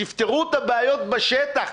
תפתרו את הבעיות בשטח.